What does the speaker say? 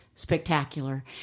Spectacular